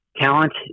Talent